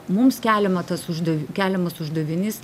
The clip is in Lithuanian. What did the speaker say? mums keliama tas užda keliamas uždavinys